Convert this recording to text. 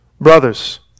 Brothers